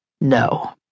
No